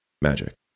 Magic